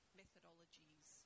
methodologies